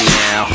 now